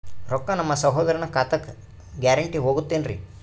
ರೊಕ್ಕ ನಮ್ಮಸಹೋದರನ ಖಾತಕ್ಕ ಗ್ಯಾರಂಟಿ ಹೊಗುತೇನ್ರಿ?